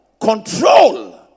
control